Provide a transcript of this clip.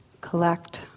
collect